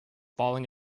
falling